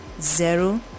zero